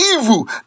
evil